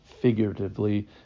figuratively